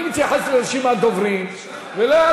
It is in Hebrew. אני מתייחס לרשימת דוברים ולא,